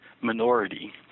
minority